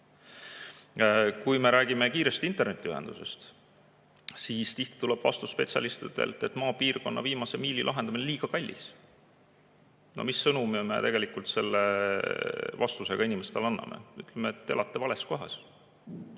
Kui me räägime kiirest internetiühendusest, siis tihti tuleb vastus spetsialistidelt, et maapiirkonna viimase miili lahendamine on liiga kallis. No mis sõnumi me tegelikult selle vastusega inimestele anname?! Ütleme, et elate vales kohas.